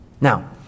Now